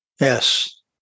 yes